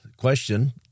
Question